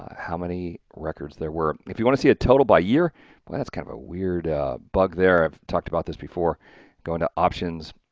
how many records there were. if you want to see a total by year, well that's kind of a weird bug there i've talked about this before going to options,